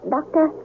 Doctor